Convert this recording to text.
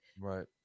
Right